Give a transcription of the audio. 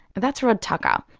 that's rod tucker,